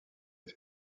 est